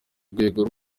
rwego